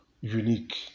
unique